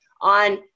On